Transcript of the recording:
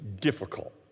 difficult